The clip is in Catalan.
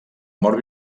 mort